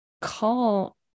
call